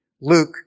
Luke